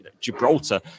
Gibraltar